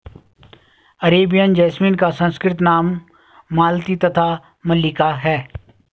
Arabian jasmine का संस्कृत नाम मालती तथा मल्लिका है